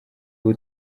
ubu